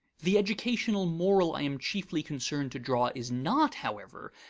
the educational moral i am chiefly concerned to draw is not, however,